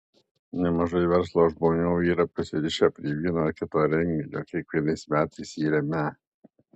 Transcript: nemažai verslo žmonių jau yra prisirišę prie vieno ar kito renginio kiekvienais metais jį remią